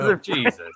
Jesus